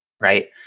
right